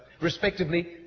respectively